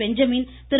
Benjamin Thiru